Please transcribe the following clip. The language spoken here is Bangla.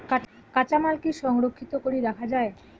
কাঁচামাল কি সংরক্ষিত করি রাখা যায়?